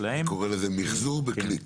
קורא לזה מיחזור בקליק